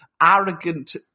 arrogant